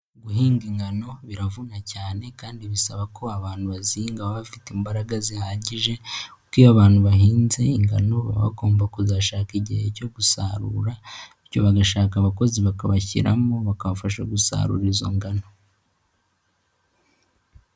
Guhinga ingano biravuna cyane kandi bisaba ko abantu bazinga baba bafite imbaraga zihagije kuko iyo abantu bahinze ingano baba bagomba kuzashaka igihe cyo gusarura bityo bagashaka abakozi bakabashyiramo bakabafasha gusarura izo ngano.